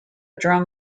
drum